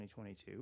2022